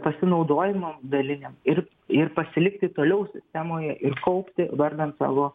pasinaudojimam dalininiam ir ir pasilikti toliau sistemoje ir kaupti vardan savo